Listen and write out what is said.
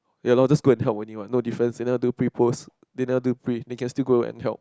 ya lor just go and help only what no difference and I'm do pre post didn't I do pre they can still go and help